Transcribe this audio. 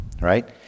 right